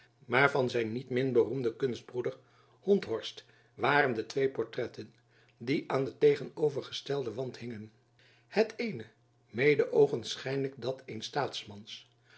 maar van zijn niet min beroemden kunstbroeder honthorst waren de twee portretten die aan den tegenovergestelden wand hingen het eene mede oogenschijnlijk dat eens